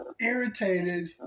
irritated